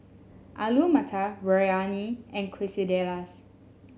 Alu Matar Biryani and Quesadillas